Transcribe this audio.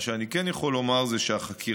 מה שאני כן יכול לומר זה שהחקירה